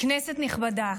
כנסת נכבדה,